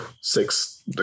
six